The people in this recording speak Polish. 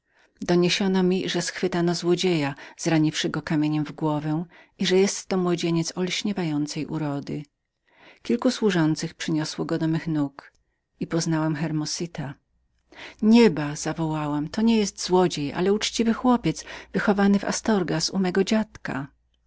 doniesiono mi że schwytano złodzieja że zraniono go kamieniem w głowę ale że był to tak piękny chłopiec jak niebyło w świecie drugiego w tej chwili kilku służących przyniosło go do mych nóg i poznałam hermosita nieba zawołałam to nie jest złodziej ale uczciwy chłopiec wychowany w astorgas przez mego dziada